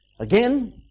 again